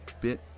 bit